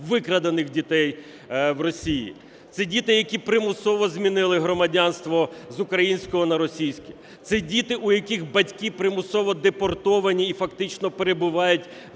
викрадених дітей в Росії; це діти, які примусово змінили громадянство з українського на російське; це діти, в яких батьки примусово депортовані і фактично перебувають в